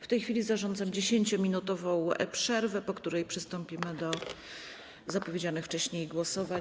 W tej chwili zarządzam 10-minutową przerwę, po której przystąpimy do zapowiedzianych wcześniej głosowań.